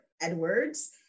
Edwards